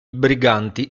briganti